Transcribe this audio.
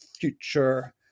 future